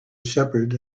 shepherd